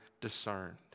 discerned